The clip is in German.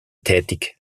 tätig